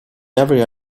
area